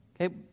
okay